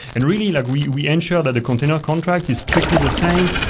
and really, like we we ensure that the container contract is strictly the same.